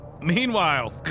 Meanwhile